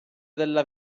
della